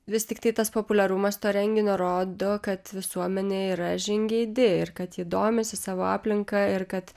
vis tiktai tas populiarumas to renginio rodo kad visuomenė yra žingeidi ir kad ji domisi savo aplinka ir kad